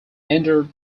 entered